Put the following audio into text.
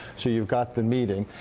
so you've got the meeting,